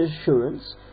assurance